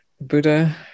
Buddha